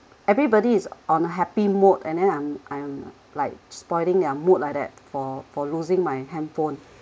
everybody is on happy mode and then I'm I'm like spoiling their mood like that for for losing my handphone